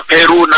Peru